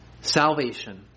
Salvation